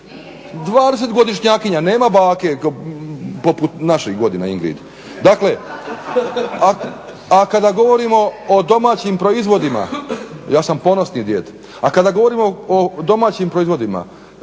20 godišnjakinja, nema bake poput naših godina Ingrid. …/Upadica sa strane, ne čuje se./… Dakle, a kada govorimo o domaćim proizvodima, ja sam ponosni djed. A kada govorimo o domaćim proizvodima